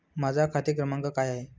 माझा खाते क्रमांक काय आहे?